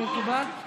מקובל?